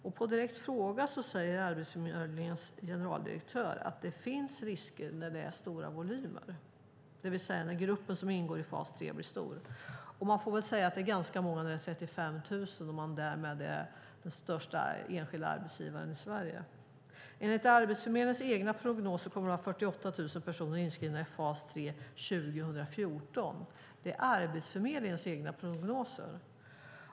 Och på en direkt fråga säger Arbetsförmedlingens generaldirektör att det finns risker när det är stora volymer, det vill säga när gruppen som ingår i fas 3 blir stor. Det kan väl sägas att det är ganska många när det är 35 000 och man därmed är den största enskilda arbetsgivaren i Sverige. Enligt Arbetsförmedlingens egna prognoser kommer det att vara 48 000 personer inskrivna i fas 3 år 2014. Det är Arbetsförmedlingens egna prognoser.